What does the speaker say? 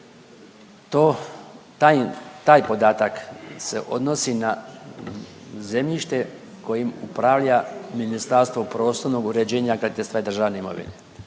taj podatak se odnosi na zemljište kojim upravlja Ministarstvo prostornog uređenja, graditeljstva i državne imovine.